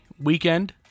Weekend